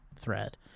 thread